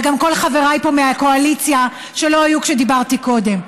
וגם כל חבריי פה מהקואליציה שלא היו כשדיברתי קודם,